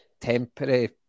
temporary